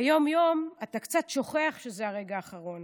ביום-יום אתה קצת שוכח שזה הרגע האחרון,